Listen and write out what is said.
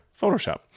Photoshop